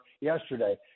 yesterday